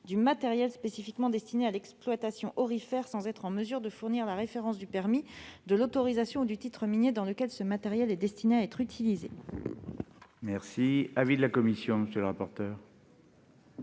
du matériel spécifiquement destiné à l'exploitation aurifère sans être en mesure de fournir la référence du permis, de l'autorisation ou du titre minier dans lequel ce matériel est destiné à être utilisé. Quel est l'avis de la commission des affaires